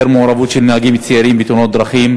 מעורבות של נהגים צעירים בתאונות דרכים,